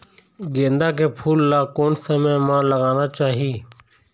गेंदा के फूल ला कोन समय मा लगाना चाही?